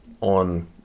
on